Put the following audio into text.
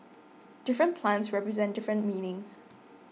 different plants represent different meanings